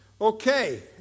Okay